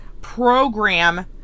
program